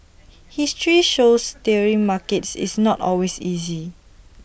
history shows steering markets is not always easy